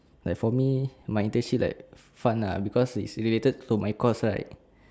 like for me my internship like fun lah because it's related to my course right